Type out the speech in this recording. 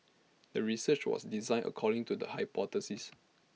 the research was designed according to the hypothesis